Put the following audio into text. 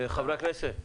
חברי הכנסת,